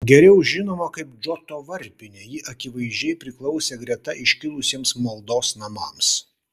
geriau žinoma kaip džoto varpinė ji akivaizdžiai priklausė greta iškilusiems maldos namams